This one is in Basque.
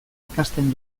ikasten